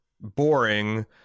boring